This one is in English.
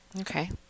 Okay